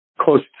close